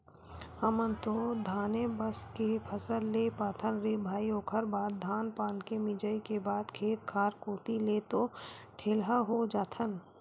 हमन तो धाने बस के फसल ले पाथन रे भई ओखर बाद धान पान के मिंजई के बाद खेत खार कोती ले तो ठेलहा हो जाथन